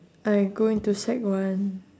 I go into sec one